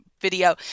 video